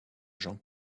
jean